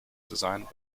designed